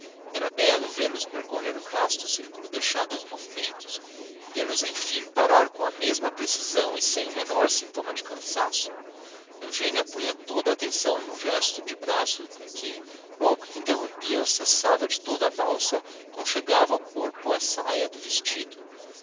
era belo vê-los percorrer o vasto círculo deixado aos movimentos vê-los enfim parar com a mesma precisão e sem o menor sintoma de cansaço eugênia punha toda a atenção no gesto de braço com que logo que interrompia ou cessava de todo a valsa conchegava ao corpo a saia do vestido